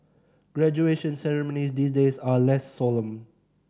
graduation ceremonies these days are less solemn